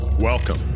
Welcome